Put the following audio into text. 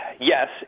yes